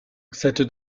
cette